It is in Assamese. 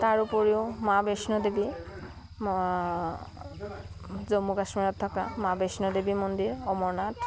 তাৰ উপৰিও মা বৈষ্ণদেৱী জম্মু কাশ্মীৰত থকা মা বৈষ্ণদেৱী মন্দিৰ অমৰনাথ